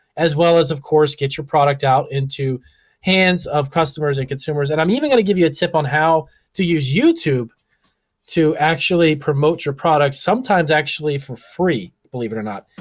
as well as of course get your product out into hands of customers and consumers. and i'm even gonna give you a tip on how to use youtube to actually promote your product, sometimes actually for free, believe it or not,